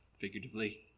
figuratively